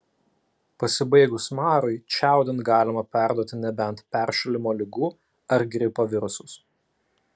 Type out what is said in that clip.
pasibaigus marui čiaudint galima perduoti nebent peršalimo ligų ar gripo virusus